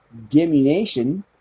dimination